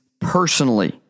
personally